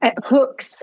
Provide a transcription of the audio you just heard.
hooks